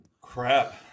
Crap